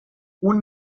اون